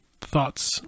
thoughts